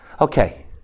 Okay